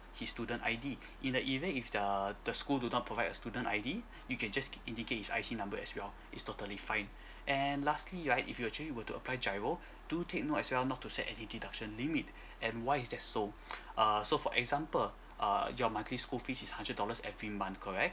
his student I_D in the event if the the school do not provide a student I_D you can just indicate his I_C number as well it's totally fine and lastly right if you actually were to apply GIRO do take note as well not to set any deduction limit and why is that so err so for example err your monthly school fees is hundred dollars every month correct